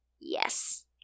Yes